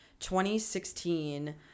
2016